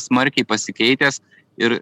smarkiai pasikeitęs ir